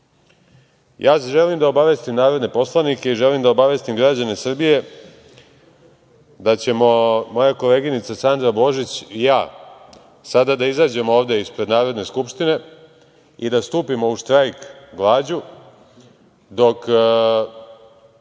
Ja želim da obavestim narodne poslanike i želim da obavestim građane Srbije da ćemo moja koleginica Sandra Božić i ja sada da izađemo ovde ispred Narodne Skupštine i da stupimo u štrajk glađu dok